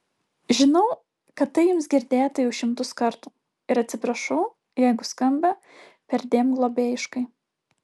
žinau kad tai jums girdėta jau šimtus kartų ir atsiprašau jeigu skamba perdėm globėjiškai